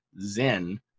zen